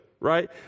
right